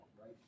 Right